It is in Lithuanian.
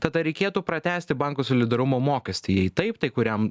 tada reikėtų pratęsti bankų solidarumo mokestį jei taip tai kuriam